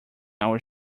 our